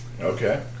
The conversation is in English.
Okay